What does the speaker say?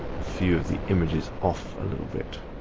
a few of the images off a little bit